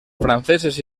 franceses